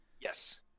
Yes